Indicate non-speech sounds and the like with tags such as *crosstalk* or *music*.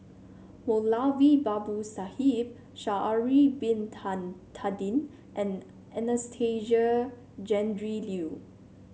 Moulavi Babu Sahib Sha'ari Bin *unintelligible* Tadin and Anastasia Tjendri Liew